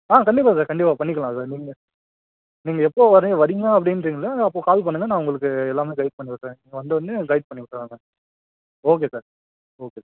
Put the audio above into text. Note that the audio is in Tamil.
ஆ கண்டிப்பாக சார் கண்டிப்பாக பண்ணிக்கலாம் சார் நீங்கள் நீங்கள் எப்போது வரீங்க வரீங்க அப்படின்றிங்களோ அப்போது கால் பண்ணுங்க நான் உங்களுக்கு எல்லாமே கைட் பண்ணி விட்றேன் நீங்கள் வந்தோடன்னே கைட் பண்ணி விட்றேன் நான் ஓகே சார் ஓகே